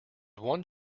one